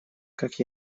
как